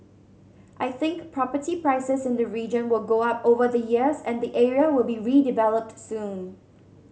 I think property prices in the region will go up over the years and the area will be redeveloped soon